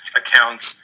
accounts